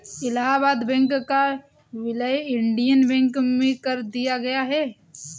Allahabad bank का विलय Indian bank में कर दिया गया है